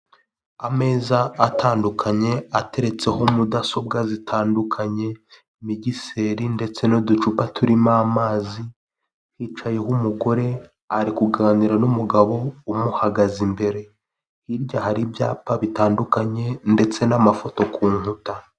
Ameza atandukanye ateretseho mudasobwa zitandukanye migiseri ndetse n'uducupa turimo amazi ,hicayeho umugore ari kuganira n'umugabo umuhagaze imbere hirya hari ibyapa bitandukanye ndetse n'amafoto ku nkuta.